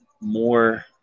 more